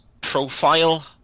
profile